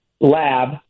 lab